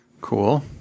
Cool